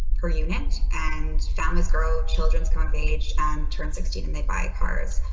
her unit and families grow children's conveyed and turn sixteen and they buy cars.